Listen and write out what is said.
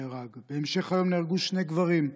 בהמשך היום נהרגו שני גברים,